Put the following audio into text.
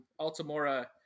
Altamora